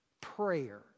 prayer